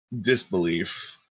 disbelief